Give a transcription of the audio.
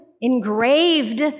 engraved